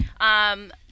Um-